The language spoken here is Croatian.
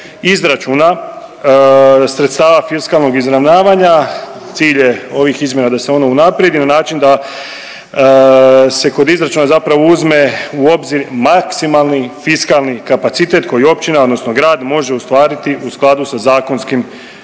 izračuna sredstava fiskalnog izravnavanja cilj je ovih izmjena da se ono unaprijedi na način da se kod izračuna zapravo uzme u obzir maksimalni fiskalni kapacitet koji općina odnosno grad može ostvariti u skladu sa zakonskim